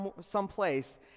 someplace